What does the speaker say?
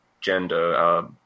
gender